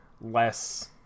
less